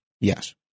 Yes